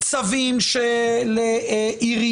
צווים של עיריות